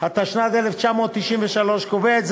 כנסת נכבדה,